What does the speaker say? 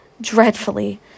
Dreadfully